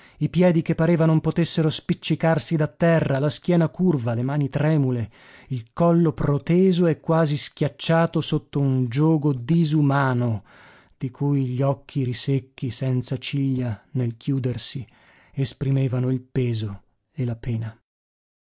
i piedi che pareva non potessero spiccicarsi da terra la schiena curva le mani tremule il collo proteso e quasi schiacciato sotto un giogo disumano di cui gli occhi risecchi senza ciglia nel chiudersi esprimevano il peso e la pena